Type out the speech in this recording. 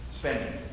spending